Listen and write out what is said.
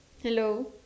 hello